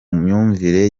myumvire